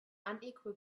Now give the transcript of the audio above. unequal